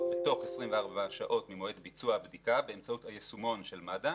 בתוך 24 שעות ממועד ביצוע הבדיקה באמצעות היישומון של מד"א.